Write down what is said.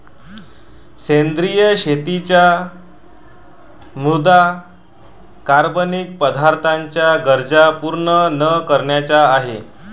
सेंद्रिय शेतीचा मुद्या कार्बनिक पदार्थांच्या गरजा पूर्ण न करण्याचा आहे